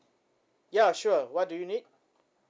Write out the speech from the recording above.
ya sure what do you need